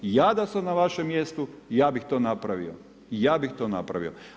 Ja da sam na vašem mjestu ja bih to napravio, ja bih napravio.